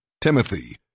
Timothy